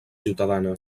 ciutadana